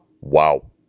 Wow